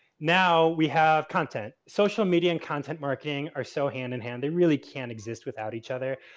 now we have content. social media and content marketing are so hand-in-hand. they really can't exist without each other.